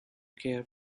care